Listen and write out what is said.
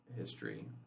history